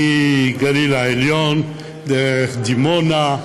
מהגליל העליון, דרך דימונה,